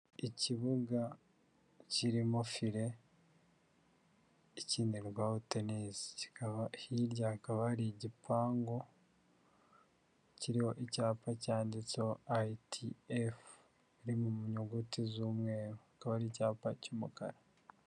Ikibuga kirimo fire ikinirwaho tenisi, kikaba hirya hakaba hari igipangu kiriho icyapa cyanditseho ayiti efu iri mu nyuguti z'umweru, akaba ari icyapa cy'umukara.